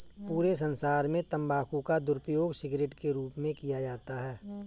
पूरे संसार में तम्बाकू का दुरूपयोग सिगरेट के रूप में किया जाता है